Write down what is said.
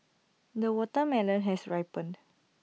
the watermelon has ripened